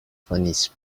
funniest